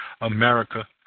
America